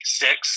six